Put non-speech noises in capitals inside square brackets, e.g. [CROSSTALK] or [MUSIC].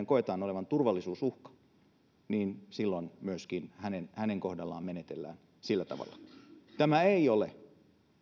[UNINTELLIGIBLE] koetaan olevan turvallisuusuhka silloin myöskin hänen hänen kohdallaan menetellään sillä tavalla tämä ei ole